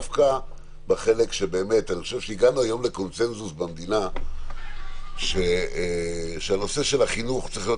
גם היום יש קונצנזוס במדינה שנושא החינוך צריך להיות